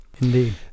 Indeed